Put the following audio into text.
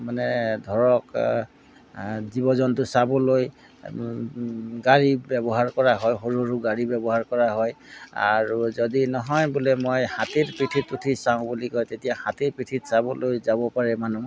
মানে ধৰক জীৱ জন্তু চাবলৈ গাড়ী ব্যৱহাৰ কৰা হয় সৰু সৰু গাড়ী ব্যৱহাৰ কৰা হয় আৰু যদি নহয় বোলে মই হাতীৰ পিঠিত উঠি চাওঁ বুলি কয় তেতিয়া হাতীৰ পিঠিত চাবলৈ যাব পাৰে মানুহ